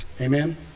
Amen